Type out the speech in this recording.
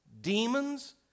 demons